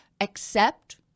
accept